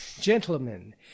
gentlemen